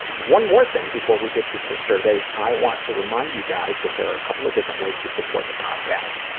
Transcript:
one more thing before we get to some surveys. i want to remind you guys that there are a couple of different ways to support the podcast,